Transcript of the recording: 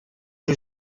who